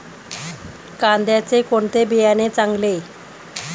कांद्याचे कोणते बियाणे चांगले?